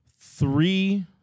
three